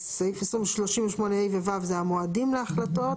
מנהל את הסיכונים בעצמו ובהתאם לתהליך הייצור